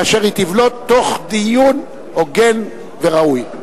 כאשר היא תבלוט תוך דיון הוגן וראוי.